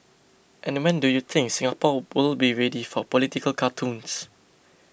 and when do you think Singapore will be ready for political cartoons